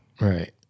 right